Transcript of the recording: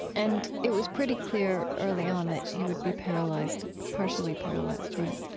and it was pretty clear early on that you would be paralyzed, partially paralyzed, right?